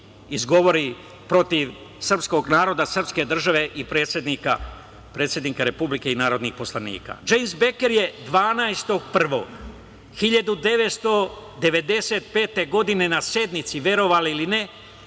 izgovori protiv srpskog naroda, srpske države, predsednika Republike i narodnih poslanika. Džejms Beker je 12. 1. 1995. godine, na sednici, verovali ili ne,